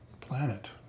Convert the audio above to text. planet